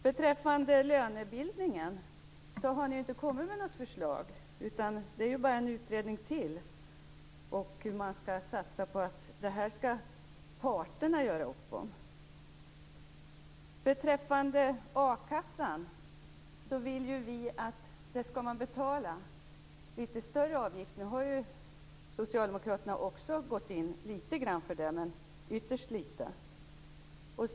Beträffande lönebildningen har ni ju inte kommit med något förslag. Det blev bara en utredning till. Man satsar på att parterna skall göra upp om det här. Beträffande a-kassan vill vi att man skall betala en litet större avgift. Nu har ju Socialdemokraterna också gått in litet grand för det, men ytterst litet.